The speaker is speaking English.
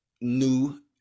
new